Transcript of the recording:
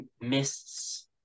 mists